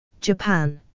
Japan